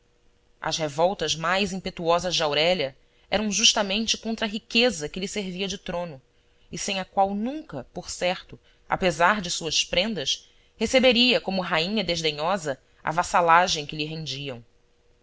as revoltas mais impetuosas de aurélia eram justamente contra a riqueza que lhe servia de trono e sem a qual nunca por certo apesar de suas prendas receberia como rainha desdenhosa a vassalagem que lhe rendiam